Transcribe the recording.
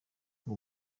ngo